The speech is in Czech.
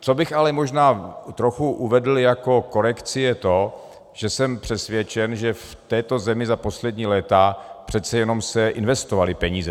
Co bych ale možná trochu uvedl jako korekci, je to, že jsem přesvědčen, že v této zemi za poslední léta přeci jenom se investovaly peníze.